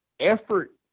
Effort